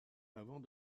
avant